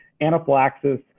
anaphylaxis